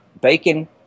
bacon